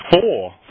four